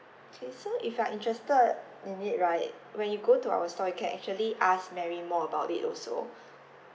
okay so if you are interested in it right when you go to our store you can actually ask marry more about it also